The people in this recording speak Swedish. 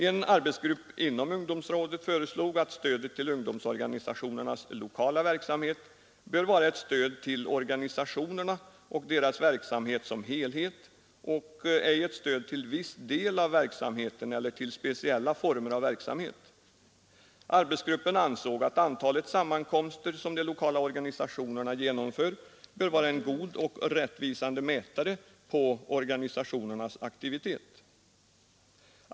En arbetsgrupp inom ungdomsrådet föreslog att stödet till ungdomsorganisationernas lokala verksamhet bör vara ett stöd till organisationerna och deras verksamhet som helhet och ej ett stöd till viss del av verksamheten eller till speciella former av verksamhet. Arbetsgruppen ansåg att antalet sammankomster, som de lokala organisationerna genomför, bör vara en god och rättvisande mätare på organisationernas aktivitet.